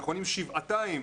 נכונים שבעתיים